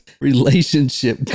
relationship